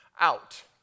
out